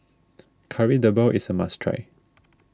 Kari Debal is a must try